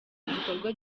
igikorwa